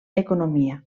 economia